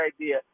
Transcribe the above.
idea